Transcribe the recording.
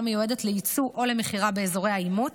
מיועדת ליצוא או למכירה באזורי העימות.